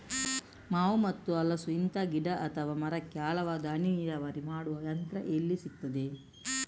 ಮಾವು ಮತ್ತು ಹಲಸು, ಇಂತ ಗಿಡ ಅಥವಾ ಮರಕ್ಕೆ ಆಳವಾದ ಹನಿ ನೀರಾವರಿ ಮಾಡುವ ಯಂತ್ರ ಎಲ್ಲಿ ಸಿಕ್ತದೆ?